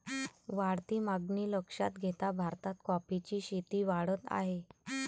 वाढती मागणी लक्षात घेता भारतात कॉफीची शेती वाढत आहे